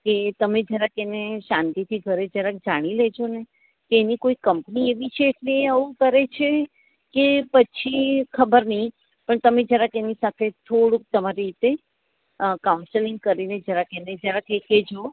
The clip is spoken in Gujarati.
કે તમે જરાક એને શાંતિથી ઘરે જરાક જાણી લેજોને કે એની કોઈ કંપની એવી છે એટલે એ આવું કરે છે કે પછી ખબર નહીં પણ તમે જરાક એની સાથે થોડુંક તમારી રીતે કાઉન્સલિંગ કરીને જરાક એને જરાક એ કહેજો